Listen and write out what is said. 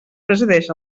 presideix